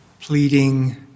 pleading